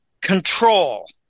control